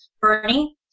Bernie